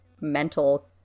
mental